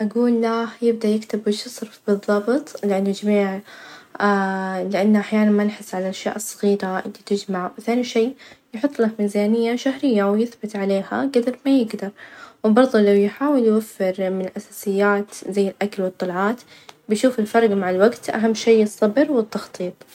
يعطيك العافية، في البداية، حاب أسألك، إيش أكثر شي خلاك تختار هالمجال؟ وكيف تواجه التحديات اللي تواجهك في مسيرتك؟ في شي معين تحرص عليه علشان تبقى في القمة؟ هذه الأسئلة عشان نفهم دوافعه، وكيف يواجه الصعوبات.